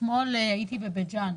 אתמול הייתי בבית ג'ן,